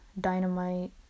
Dynamite